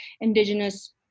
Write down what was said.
indigenous